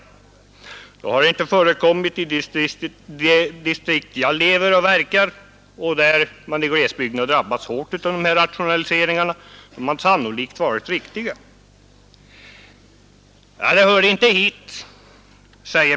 Det har inte förekommit i det distrikt där jag lever och verkar och där glesbygderna har drabbats hårt av rationaliseringar. Herr Persson säger att det inte hör hit.